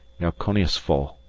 near koniesfol.